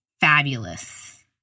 fabulous